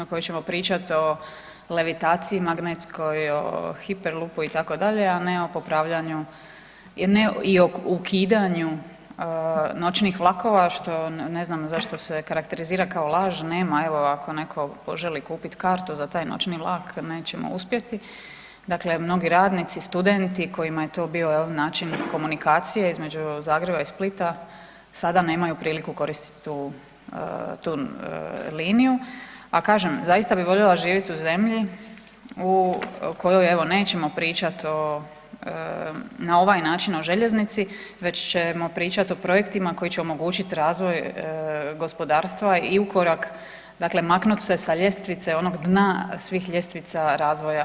Na kojoj ćemo pričat o levitaciji magnetskoj, o hyperloopu itd., a ne o popravljanju i ne ukidanju noćnih vlakova, što ne znam zašto se karakterizira kao laž, nema, evo ako netko poželi kupit kartu za taj noćni vlak, neće mu uspjeti, dakle mnogi radnici, studenti kojima je to bio jel, način komunikacije između Zagreba i Splita, sada nemaju priliku koristiti tu liniju a kažem, zaista bi voljela živjet u zemlji u kojoj evo nećemo pričat na ovaj način o željeznici već ćemo pričat o projektima koji će omogućiti razvoj gospodarstva i ukorak, dakle maknut se sa ljestvice onog dna svih ljestvica razvoja u Europi.